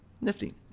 Nifty